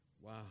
Wow